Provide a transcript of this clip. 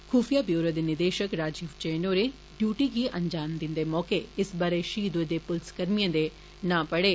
खूफिया bureau दे निदेशक राजीव जैन होरें डियूटी गी अंजाम दिन्दे मौके इस बरे शहीद होए दे पुलसकर्भिएं दे नां पढ़े